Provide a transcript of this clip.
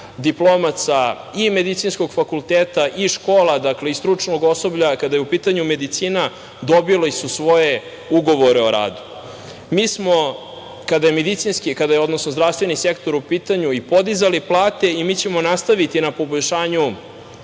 diplomaca medicinskog fakulteta i škola i stručnog osoblja, kada je u pitanju medicina, dobilo svoje ugovore o radu. Mi smo kada je medicinski, odnosno zdravstveni sektor, u pitanju podizali plate i mi ćemo nastaviti na poboljšanju